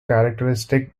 characteristic